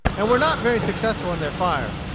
and were not very successful in their fire.